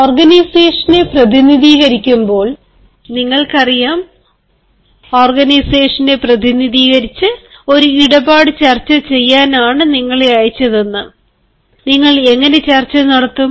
ഓർഗനൈസേഷനെ പ്രതിനിധീകരിക്കുമ്പോൾ നിങ്ങൾക്കറിയാം ഓർഗനൈസേഷനെ പ്രതിനിധീകരിച്ചു ഒരു ഇടപാട് ചർച്ച ചെയ്യാനാണു നിങ്ങളെ അയച്ചതെന്നു നിങ്ങൾ എങ്ങനെ ചർച്ച നടത്തും